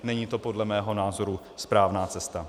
Není to podle mého názoru správná cesta.